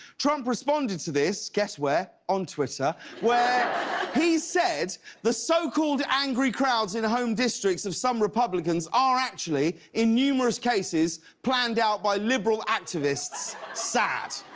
trump responded to this, guess where, on twitter where he said the so called angry crowds in home districts of some republicans are actually in numerous cases planned out by liberal activists. sad.